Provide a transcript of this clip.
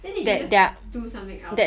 then they should have just do something else